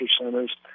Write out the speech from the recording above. centers